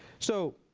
so